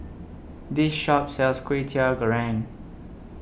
This Shop sells Kway Teow Goreng